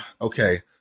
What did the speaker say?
Okay